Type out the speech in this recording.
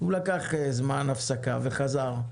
הוא לקח זמן הפסקה וחזר.